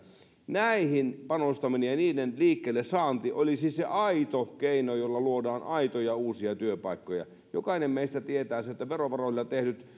näihin panostaminen ja niiden liikkeelle saanti olisi se aito keino jolla luodaan aitoja uusia työpaikkoja jokainen meistä tietää sen että verovaroilla tehdyt